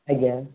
ଆଜ୍ଞା